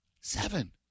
Seven